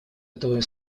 этого